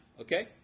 Okay